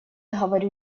говорю